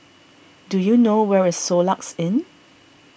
do you know where is Soluxe Inn